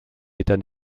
état